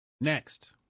Next